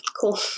Cool